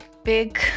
Big